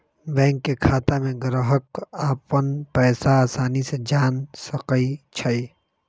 bank के खाता में ग्राहक अप्पन पैसा असानी से जान सकई छई